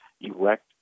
erect